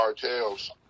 cartels